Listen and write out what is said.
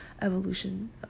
evolution